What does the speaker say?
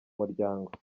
muryango